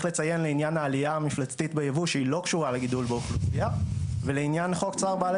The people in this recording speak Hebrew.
בשביל לגדל בעלי